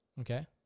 okay